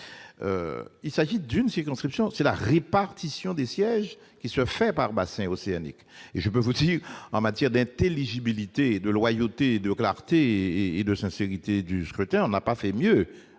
il s'agit d'une circonscription ; c'est la répartition des sièges qui se fait par bassin océanique. En matière d'intelligibilité, de loyauté, de clarté et de sincérité du scrutin, on ne fait pas mieux